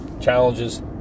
Challenges